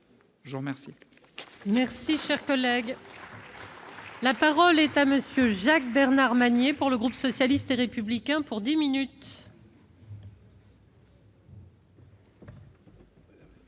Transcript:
Je vous remercie